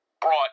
brought